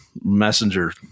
messenger